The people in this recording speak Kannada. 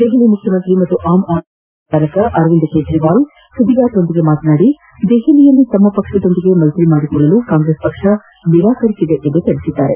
ದೆಹಲಿ ಮುಖ್ಯಮಂತ್ರಿ ಹಾಗೂ ಆಮ್ ಆದ್ನಿ ಪಕ್ಷದ ರಾಷ್ಟೀಯ ಸಂಚಾಲಕ ಅರವಿಂದ್ ಕ್ರೇಜಿವಾಲ್ ಸುದ್ದಿಗಾರರೊಂದಿಗೆ ಮಾತನಾಡಿ ದೆಹಲಿಯಲ್ಲಿ ತಮ್ಮ ಪಕ್ಷದೊಂದಿಗೆ ಮೈತ್ರಿ ಮಾಡಿಕೊಳ್ಳಲು ಕಾಂಗ್ರೆಸ್ ಪಕ್ಷ ನಿರಾಕರಿಸಿದೆ ಎಂದು ಹೇಳಿದ್ದಾರೆ